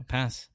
Pass